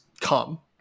come